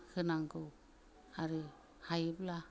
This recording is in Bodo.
होनांगौ आरो हायोब्ला